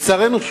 שוב לצערנו,